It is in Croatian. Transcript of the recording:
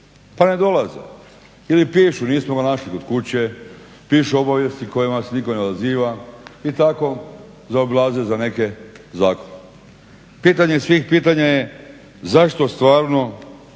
pa ne dolaze ili pišu nismo ga našli kod kuće, pišu obavijesti kojima se nitko ne odaziva i tako zaobilaze za neke zakon. Pitanje svih pitanja je, zašto stvarno